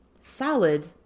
Salad